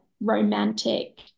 romantic